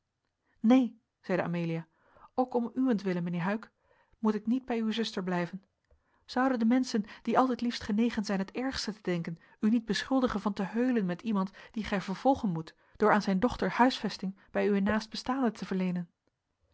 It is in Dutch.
neen zeide amelia ook om uwentwille mijnheer huyck moet ik niet bij uwe zuster blijven zouden de menschen die altijd liefst genegen zijn het ergste te denken u niet beschuldigen van te heulen met iemand dien gij vervolgen moet door aan zijne dochter huisvesting bij uwe naastbestaande te verleenen